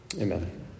Amen